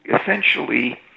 essentially